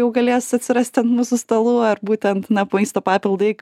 jau galės atsirasti ant mūsų stalų ar būtent na maisto papildai